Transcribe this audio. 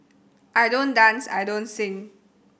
I don't dance I don't sing